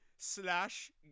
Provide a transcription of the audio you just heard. Slash